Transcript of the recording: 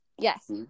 yes